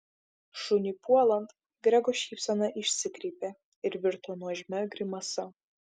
šuniui puolant grego šypsena išsikreipė ir virto nuožmia grimasa